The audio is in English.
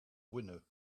winner